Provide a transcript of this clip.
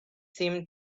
seem